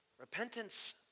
Repentance